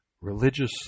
religious